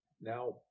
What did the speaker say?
Now